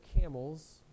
camels